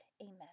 Amen